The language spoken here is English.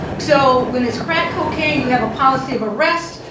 so, when it's crack cocaine, you have a policy of arrest.